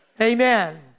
Amen